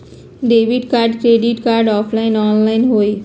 Debit card credit card offline online होई?